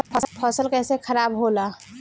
फसल कैसे खाराब होला?